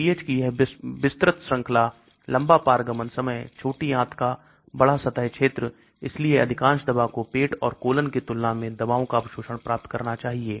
pH की यह विस्तृत श्रृंखला लंबा पारगमन समय छोटी आंत का बड़ा सतह क्षेत्र इसलिए अधिकांश दवा को पेट और colon की तुलना में दवाओं का अवशोषण प्राप्त करना चाहिए